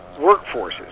workforces